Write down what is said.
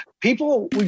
people